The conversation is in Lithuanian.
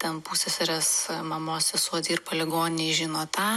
ten pusseserės mamos sesuo dirba ligoninėj žino tą